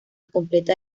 completa